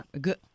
good